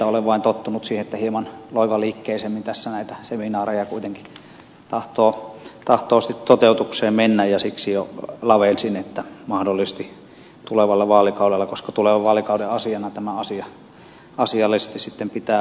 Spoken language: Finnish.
olen vain tottunut siihen että hieman loivaliikkeisemmin tässä näitä seminaareja kuitenkin tahtoo toteutukseen mennä ja siksi lavensin että mahdollisesti tulevalla vaalikaudella koska tulevan vaalikauden asiana tämä asia asiallisesti sitten pitää huomioon ottaa